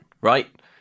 right